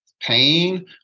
pain